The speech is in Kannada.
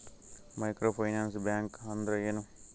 ಮೈಕ್ರೋ ಫೈನಾನ್ಸ್ ಬ್ಯಾಂಕ್ ಅಂದ್ರ ಏನು?